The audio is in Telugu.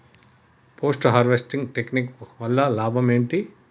పోస్ట్ హార్వెస్టింగ్ టెక్నిక్ వల్ల లాభం ఏంటి?